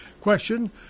question